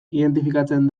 identifikatzen